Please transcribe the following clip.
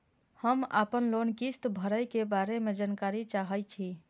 हम आपन लोन किस्त भरै के बारे में जानकारी चाहै छी?